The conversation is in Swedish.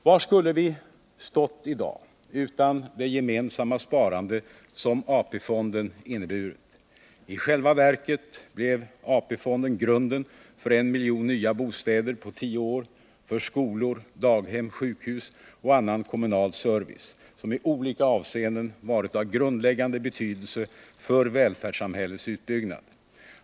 Var skulle vi stått i dag utan det gemensamma sparande som AP-fonden inneburit? I själva verket blev AP-fonden grunden för 1 miljon nya bostäder på tioår, för skolor, för daghem, sjukhus och annan kommunal service, som i olika avseenden varit av grundläggande betydelse för välfärdssamhällets utbyggnad.